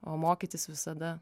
o mokytis visada